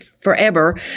forever